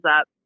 up